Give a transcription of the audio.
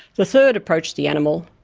the third approached the animal,